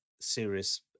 serious